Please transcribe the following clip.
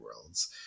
worlds